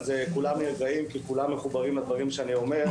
אז כולם נרגעים כי כולם מחוברים לדברים שאני אומר.